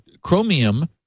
Chromium